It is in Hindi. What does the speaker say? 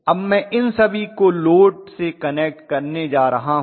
अब मैं इन सभी को लोड से कनेक्ट करने जा रहा हूं